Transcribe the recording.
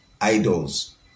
idols